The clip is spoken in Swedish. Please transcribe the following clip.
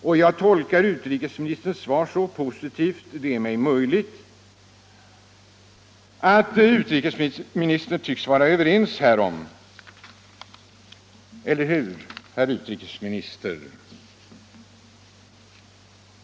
Om jag tolkar utrikesministerns svar så positivt det är mig möjligt tycks utrikesministern vara överens med mig härom. Eller hur, herr utrikesminister?